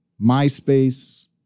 MySpace